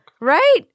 Right